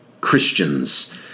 Christians